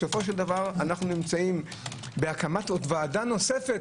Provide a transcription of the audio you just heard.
אנחנו נמצאים בהקמת ועדה נוספת,